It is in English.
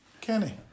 Kenny